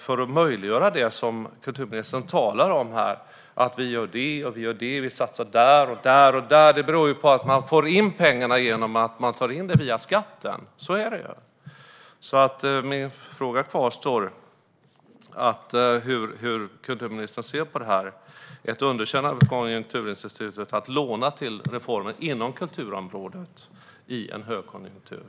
För att möjliggöra det som kulturministern talar om här - vi gör det och det, och vi satsar där och där - tar man in pengarna via skatten. Så är det. Min fråga kvarstår. Hur ser kulturministern på att Konjunkturinstitutet har underkänt att man lånar till reformer inom kulturområdet i högkonjunktur?